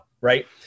right